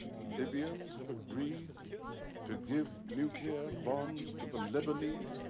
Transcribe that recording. the libyans have agreed to give nuclear bombs to the lebanese?